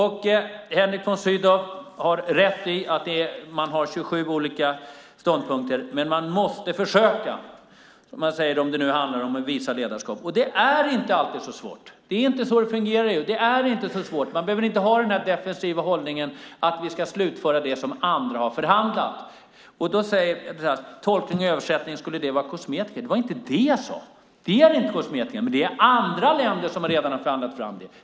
Henrik von Sydow har rätt i att man har 27 olika ståndpunkter. Men man måste försöka, om det nu handlar om att visa ledarskap. Det är inte alltid så svårt. Det är inte så det fungerar i EU. Man behöver inte ha den defensiva hållningen att vi ska slutföra det som andra har förhandlat. Tolkning och översättning - skulle det vara kosmetika? Det var inte det jag sade. Det är inte kosmetika. Men det är andra länder som redan har förhandlat fram det.